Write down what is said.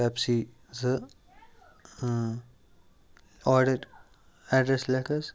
Pepsi زٕ order address لٮ۪کھ حظ